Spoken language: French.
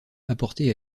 apportés